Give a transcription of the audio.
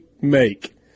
make